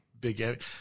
Big